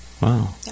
Wow